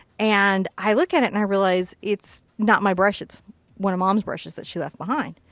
and i look at it and i realize it's not my brush. it's one of mom's brushes that she left behind.